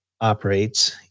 operates